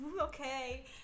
okay